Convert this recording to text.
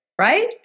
Right